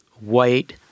white